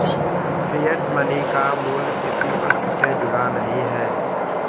fiat money का मूल्य किसी वस्तु से जुड़ा नहीं है